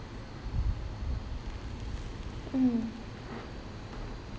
mm